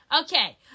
Okay